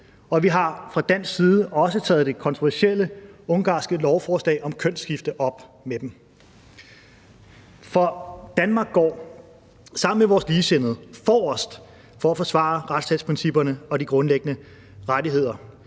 og vi har fra dansk side også taget det kontroversielle ungarske lovforslag om kønsskifte op med dem. For Danmark går sammen med vores ligesindede forrest for at forsvare retsstatsprincipperne og de grundlæggende rettigheder.